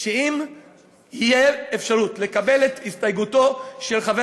שאם תהיה אפשרות לקבל את הסתייגותו של חבר